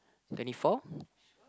twenty four